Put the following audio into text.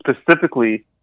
specifically